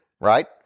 right